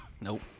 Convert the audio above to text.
Nope